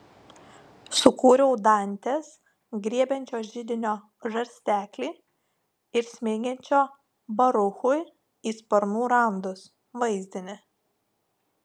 sukūriau dantės griebiančio židinio žarsteklį ir smeigiančio baruchui į sparnų randus vaizdinį